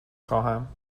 خواهم